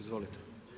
Izvolite.